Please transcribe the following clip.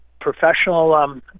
professional